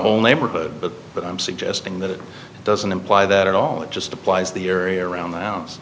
whole neighborhood but i'm suggesting that it doesn't imply that at all it just applies the area around the house